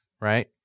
right